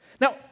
Now